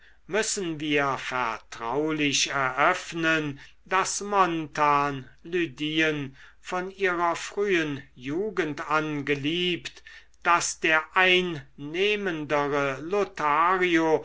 müssen wir vertraulich eröffnen daß montan lydien von ihrer frühen jugend an geliebt daß der einnehmendere lothario